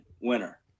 winner